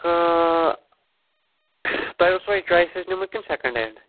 تۄہہِ اوٚسوا یہِ چویِسٕز نِیٛوٗمُت کِنہٕ سیکَنٛڈ ہینٛڈ